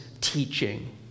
teaching